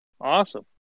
awesome